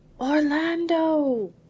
Orlando